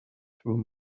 through